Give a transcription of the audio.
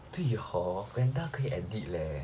对 hor glenda 可以 edit leh